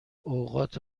اوقات